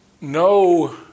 no